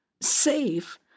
Safe